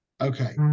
Okay